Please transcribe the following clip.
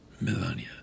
Melania